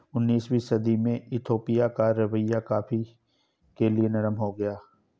उन्नीसवीं सदी में इथोपिया का रवैया कॉफ़ी के लिए नरम हो गया